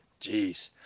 Jeez